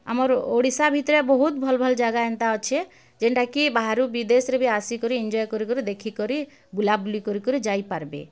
ଆମର୍ ଓଡ଼ିଶା ଭିତ୍ରେ ବହୁତ୍ ଭଲ୍ ଭଲ୍ ଜାଗା ଏନ୍ତା ଅଛେ ଯେନ୍ଟାକି ବାହାରୁ ବିଦେଶ୍ରେ ବି ଆସିକରି ଏନ୍ଜୟ କରିକରି ଦେଖିକରି ବୁଲାବୁଲି କରିକରି ଯାଇପାର୍ବେ